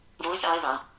Voiceover